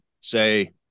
say